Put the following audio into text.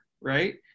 right